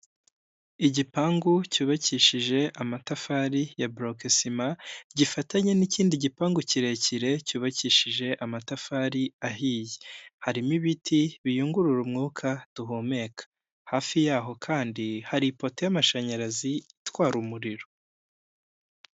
Igipangu cyubakishije amatafari ya buroke sima gifatanye n'ikindi gipangu kirekire cyubakishije amatafari ahiye, harimo ibiti biyungurura umwuka duhumeka, hafi yaho kandi hari ipoto y'amashanyarazi itwara umuriro.